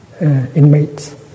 inmates